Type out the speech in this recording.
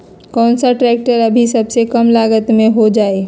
कौन सा ट्रैक्टर अभी सबसे कम लागत में हो जाइ?